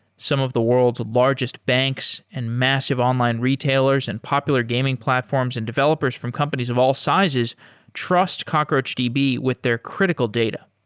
some of the world's largest banks and massive online retailers and popular gaming platforms and developers from companies of all sizes trust cockroachdb with their critical data.